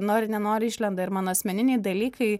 nori nenori išlenda ir mano asmeniniai dalykai